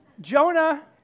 Jonah